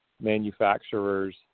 manufacturers